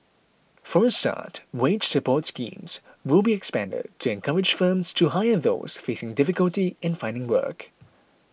for a start wage support schemes will be expanded to encourage firms to hire those facing difficulty in finding work